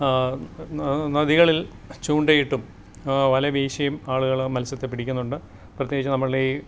നദികളിൽ ചൂണ്ടയിട്ടും വല വീശിയും ആളുകൾ മത്സ്യത്തെ പിടിക്കുന്നുണ്ട് പ്രത്യേകിച്ച് നമ്മളുടെ ഈ